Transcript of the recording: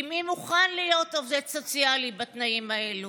כי מי מוכן להיות עובד סוציאלי בתנאים האלו?